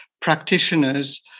practitioners